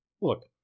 look